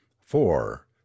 four